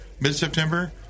mid-September